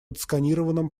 отсканированном